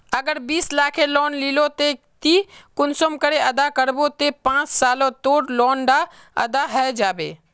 अगर बीस लाखेर लोन लिलो ते ती कुंसम करे अदा करबो ते पाँच सालोत तोर लोन डा अदा है जाबे?